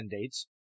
dates